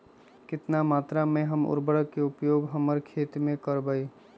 कितना मात्रा में हम उर्वरक के उपयोग हमर खेत में करबई?